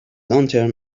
lantern